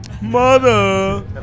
Mother